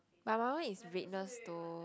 but my one is redness though